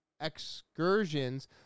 excursions